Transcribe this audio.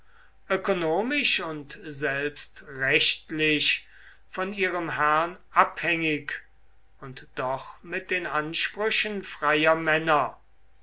ökonomisch und selbst rechtlich von ihrem herrn abhängig und doch mit den ansprüchen freier männer